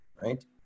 right